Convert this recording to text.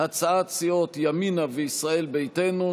הצעת סיעות ימינה וישראל ביתנו,